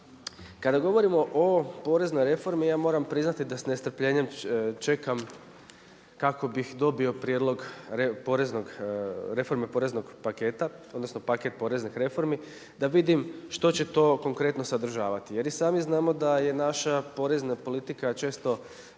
Kada govorimo o poreznoj reformi ja moram priznati da s nestrpljenjem čekam kako bih dobio prijedlog reforme poreznog paketa odnosno paket poreznih reformi da vidim što će to konkretno sadržavati. Jer i sami znamo da je naša porezna politika često